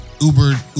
Uber